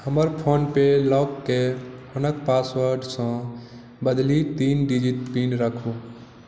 हमर फोन पे लॉककेँ फोनक पासवर्डसँ बदलि तीन डिजिट पिन राखू